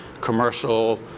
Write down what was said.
commercial